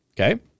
okay